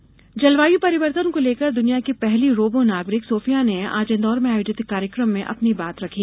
robo जलवायु परिवर्तन को लेकर दुनिया की पहली रोबो नागरिक सोफिया ने आज इंदौर में आयोजित एक कार्यक्रम में अपनी बात रखी